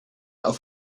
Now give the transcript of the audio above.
auf